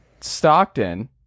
Stockton